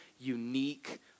unique